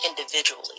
individually